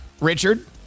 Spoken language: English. Richard